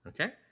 Okay